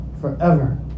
forever